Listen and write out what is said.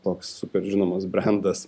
toks super žinomas brendas